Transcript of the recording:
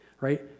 right